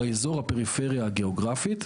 באזור הפריפריה הגיאוגרפית,